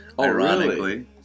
ironically